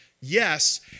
Yes